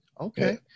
Okay